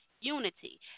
unity